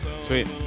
sweet